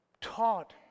taught